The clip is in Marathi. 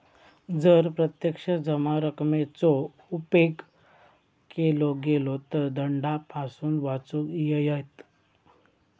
जर प्रत्यक्ष जमा रकमेचो उपेग केलो गेलो तर दंडापासून वाचुक येयत